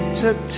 took